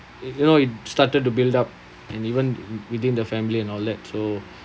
you know it started to build up and even within the family and all that so